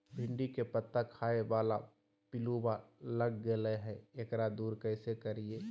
भिंडी के पत्ता खाए बाला पिलुवा लग गेलै हैं, एकरा दूर कैसे करियय?